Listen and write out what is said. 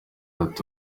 ati